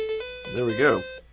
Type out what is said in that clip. there we go.